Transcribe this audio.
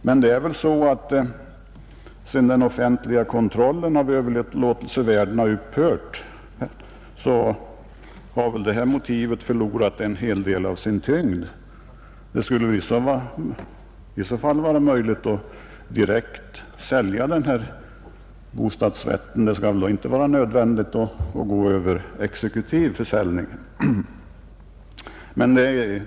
Men sedan den offentliga kontrollen av överlåtelsevärden har upphört har det motivet förlorat en hel del av sin tyngd. Det skulle i så fall vara möjligt att direkt sälja bostadsrätten; det skall inte vara nödvändigt att gå över exekutiv försäljning.